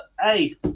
hey